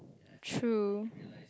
true